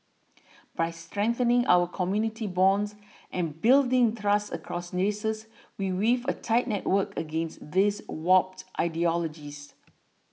by strengthening our community bonds and building trust across races we weave a tight network against these warped ideologies